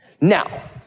Now